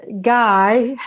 guy